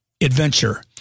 adventure